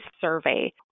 Survey